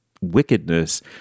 wickedness